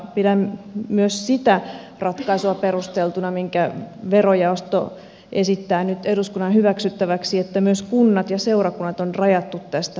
pidän myös sitä ratkaisua perusteltuna minkä verojaosto esittää nyt eduskunnan hyväksyttäväksi että myös kunnat ja seurakunnat on rajattu tästä pois